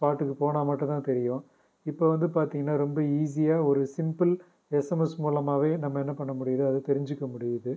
ஸ்பாட்டுக்கு போனால் மட்டுந்தான் தெரியும் இப்போ வந்து பார்த்திங்கன்னா ரொம்ப ஈஸியாக ஒரு சிம்பிள் எஸ்எம்எஸ் மூலமாவே நம்ம என்ன பண்ண முடியிது அதை தெரிஞ்சுக்க முடியிது